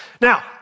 Now